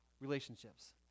relationships